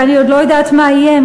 ואני עוד לא יודעת מה יהיה,